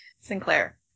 Sinclair